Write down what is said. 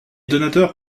donateurs